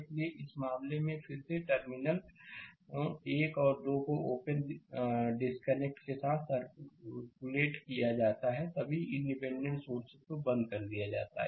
इसलिए इस मामले में फिर से टर्मिनलों 1 और 2 को ओपन डिस्कनेक्ट के साथ सर्कुलेट किया जाता है और सभी इंडिपेंडेंट सोर्सेस को बंद कर दिया जाता है